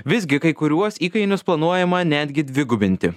visgi kai kuriuos įkainius planuojama netgi dvigubinti